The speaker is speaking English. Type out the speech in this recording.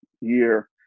year